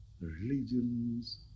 Religions